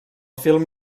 film